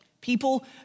people